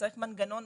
צריך מנגנון,